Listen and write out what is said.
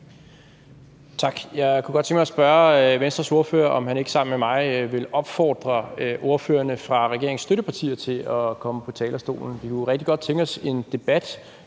Tak. Jeg kunne godt tænke mig at spørge Venstres ordfører, om han ikke sammen med mig vil opfordre ordførerne fra regeringens støttepartier til at komme på talerstolen. Vi kunne rigtig godt tænke os en debat